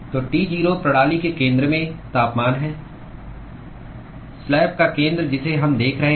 तो T 0 प्रणाली के केंद्र में तापमान है स्लैब का केंद्र जिसे हम देख रहे हैं